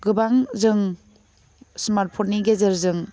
गोबां जों smart phone नि गेजेरजों